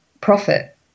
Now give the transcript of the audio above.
profit